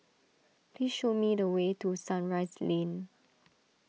please show me the way to Sunrise Lane